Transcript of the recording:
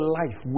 life